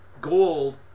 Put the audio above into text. Gold